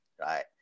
right